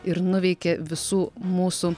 ir nuveikė visų mūsų